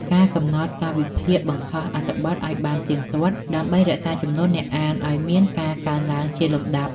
ការកំណត់កាលវិភាគបង្ហោះអត្ថបទឱ្យបានទៀងទាត់ ដើម្បីរក្សាចំនួនអ្នកអានឱ្យមានការកើនឡើងជាលំដាប់។